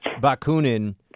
Bakunin